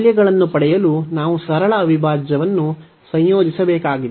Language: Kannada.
ಮೌಲ್ಯಗಳನ್ನು ಪಡೆಯಲು ನಾವು ಸರಳ ಅವಿಭಾಜ್ಯವನ್ನು ಸಂಯೋಜಿಸಬೇಕಾಗಿದೆ